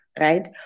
right